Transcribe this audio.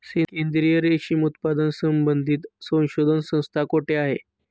केंद्रीय रेशीम उत्पादन संबंधित संशोधन संस्था कोठे आहे?